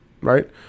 right